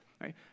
right